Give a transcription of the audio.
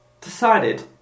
decided